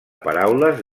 paraules